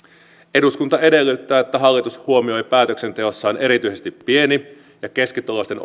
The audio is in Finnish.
eduskunta edellyttää että hallitus huomioi päätöksenteossaan erityisesti pieni ja keskituloisten